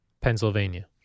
Pennsylvania